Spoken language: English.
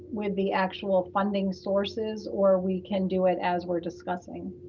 with the actual funding sources or we can do it as we're discussing.